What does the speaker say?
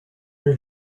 new